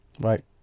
Right